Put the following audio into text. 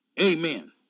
Amen